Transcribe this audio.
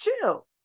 chill